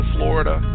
Florida